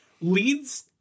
leads